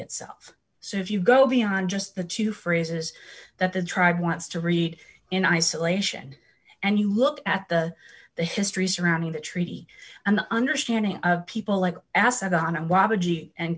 itself so if you go beyond just the two phrases that the tribe wants to read in isolation and you look at the the history surrounding the treaty and the understanding of people like acid on a